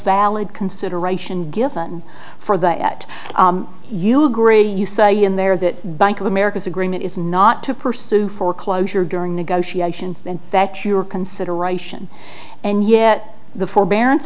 valid consideration given for that you agree you say in there that bank of america's agreement is not to pursue foreclosure during negotiations and that your consideration and yet the forbearance